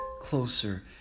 closer